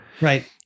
Right